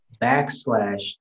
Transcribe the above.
backslash